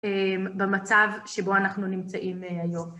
במצב שבו אנחנו נמצאים היום.